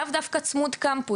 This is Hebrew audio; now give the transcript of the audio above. לאו דווקא שיהיה צמוד קמפוס.